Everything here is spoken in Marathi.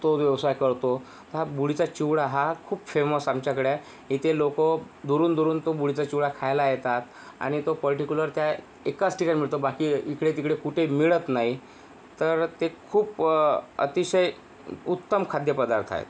तो व्यवसाय करतो हा बुढीचा चिवडा हा खूप फेमस आमच्याकडे आहे येथे लोकं दुरून दुरून तो बुढीचा चिवडा खायला येतात आणि तो पर्टीकुलर त्या एकाच ठिकाणी मिळतो बाकी इकडे तिकडे कुठे मिळत नाही तर तो खूप अतिशय उत्तम खाद्यपदार्थ आहे